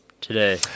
today